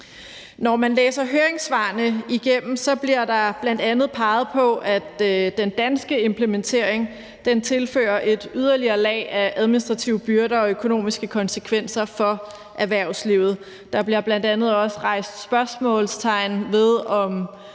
Når man læser høringssvarene igennem, bliver der bl.a. peget på, at den danske implementering tilfører et yderligere lag af administrative byrder og økonomiske konsekvenser for erhvervslivet. Der bliver bl.a. også sat spørgsmålstegn ved, om